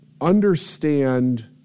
understand